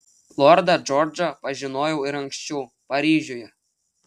lordą džordžą pažinojau ir anksčiau paryžiuje